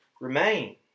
remain